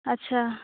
ଆଚ୍ଛା